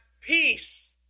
peace